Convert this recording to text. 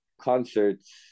concerts